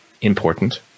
important